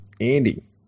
Andy